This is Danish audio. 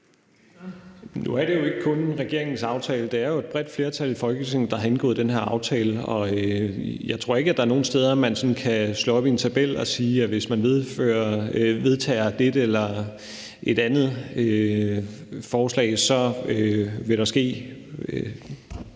Nu er det jo ikke kun regeringens aftale. Det er jo et bredt flertal i Folketinget, der har indgået den her aftale. Jeg tror ikke, at der er nogen steder, man sådan kan slå op i en tabel og sige, at hvis man vedtager x forslag, vil der ske y.